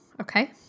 Okay